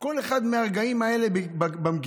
כל אחד מהרגעים האלה במגילה.